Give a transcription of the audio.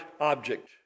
object